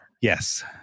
Yes